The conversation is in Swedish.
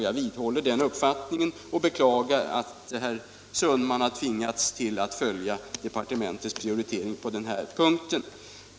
Jag vidhåller den uppfattningen och beklagar att = Nr 84 herr Sundman har tvingats att följa departementets prioritering på den här punkten.